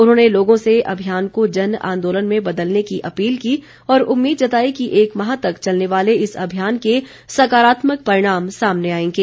उन्होंने लोगों से अभियान को जन आन्दोलन में बदलने की अपील की और उम्मीद जताई कि एक माह तक चलने वाले इस अभियान के सकारात्मक परिणाम सामने आएंगे